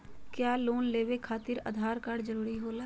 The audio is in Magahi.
क्या लोन लेवे खातिर आधार कार्ड जरूरी होला?